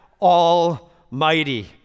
almighty